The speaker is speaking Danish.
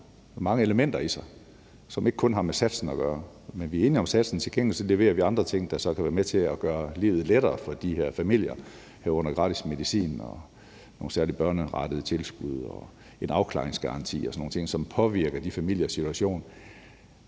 jo mange elementer, som ikke kun har med satsen at gøre. Men vi er enige om satsen, og til gengæld leverer vi andre ting, der så kan være med til at gøre livet lettere for de her familier, herunder gratis medicin, nogle særlige børnerettede tilskud, en afklaringsgaranti og sådan nogle ting, som påvirker de familiers situation,